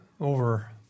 over